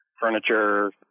furniture